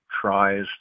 tries